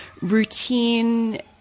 routine